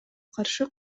каршы